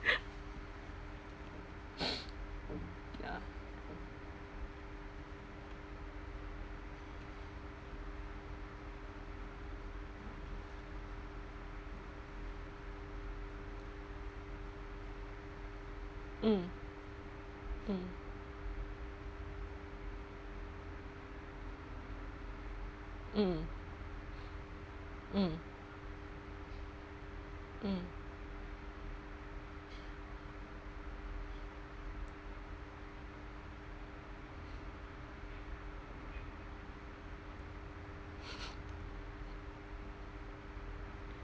ya mm mm mm mm mm